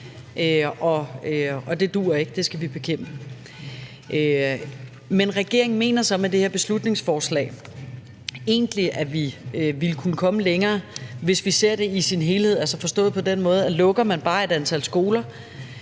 og det dur ikke. Det skal vi bekæmpe. Men regeringen mener så i forhold til det her beslutningsforslag egentlig, at vi ville kunne komme længere, hvis vi ser det i sin helhed. Altså forstået på den måde, at lukker man bare et antal skoler,